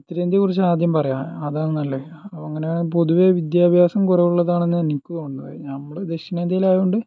ഉത്തരേന്ത്യയെ കുറിച്ച് ആദ്യം പറയാ അതാന്ന് നല്ലത് അപ്പോൾ അങ്ങനെ പൊതുവേ വിദ്യാഭ്യാസം കുറവുള്ളതാണെന്നാണ് എനിക്ക് തോന്നുന്നത് ഞമ്മൾ ദക്ഷിണേന്ത്യയിലായോണ്ട്